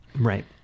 Right